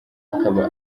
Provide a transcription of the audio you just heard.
akaba